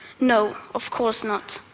no, of course not.